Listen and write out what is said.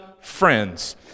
friends